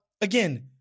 again